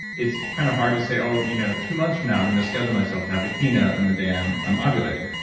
it's kind of hard to say, oh, you know two months from now i'm going to schedule myself to have a keynote on the day um i'm ovulating.